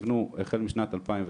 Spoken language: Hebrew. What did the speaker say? שנבנו החל משנת 2009,